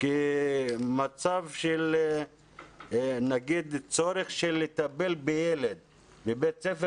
כי נגיד מצב של צורך לטפל בילד בבית ספר